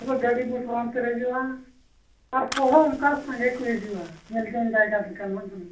ᱜᱟᱹᱰᱤ ᱢᱚᱴᱚᱨᱛᱮ ᱯᱮᱨᱮᱡᱚᱜᱼᱟ ᱟᱨ ᱦᱚᱲ ᱦᱚᱸ ᱚᱱᱠᱟ ᱥᱟᱸᱜᱮ ᱠᱚ ᱦᱤᱡᱩᱜᱼᱟ ᱧᱮᱞ ᱡᱚᱝ ᱡᱟᱭᱜᱟ ᱞᱮᱠᱟᱱᱟᱜ ᱫᱚ